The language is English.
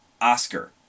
Oscar